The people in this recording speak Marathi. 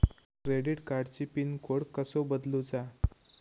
क्रेडिट कार्डची पिन कोड कसो बदलुचा?